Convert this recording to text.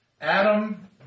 Adam